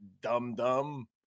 dumb-dumb